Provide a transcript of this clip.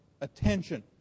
attention